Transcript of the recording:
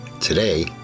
Today